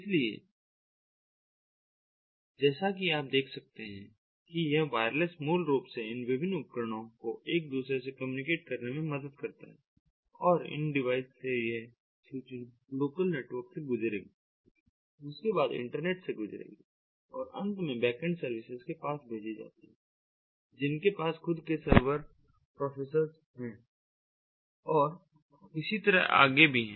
इसलिए जैसा कि आप देख सकते हैं कि यह वायरलेस मूल रूप से इन विभिन्न उपकरणों को एक दूसरे से कम्युनिकेट करने में मदद करता है और इन डिवाइस से यह सूचना लोकल नेटवर्क से गुजरेगी उसके बाद इंटरनेट से गुजरेगी और अंत में बैकएंड सर्विसेज के पास भेजी जाती है जिनके पास खुद के सर्वर प्रोसेसर्स हैं और इसी तरह आगे भी हैं